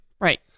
Right